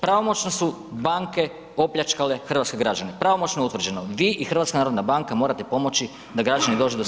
Pravomoćno su banke opljačkale hrvatske građane, pravomoćno je utvrđeno, vi i HNB morate pomoći da građani dođu do svog novca.